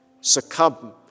succumb